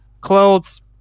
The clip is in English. clothes